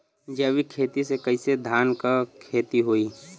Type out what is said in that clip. जैविक खेती से कईसे धान क खेती होई?